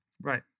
Right